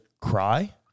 cry